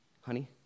honey